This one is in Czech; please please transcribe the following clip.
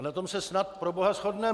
Na tom se snad, proboha, shodneme!